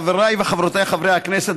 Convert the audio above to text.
חבריי וחברותיי חברי הכנסת,